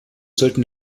sollten